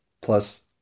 plus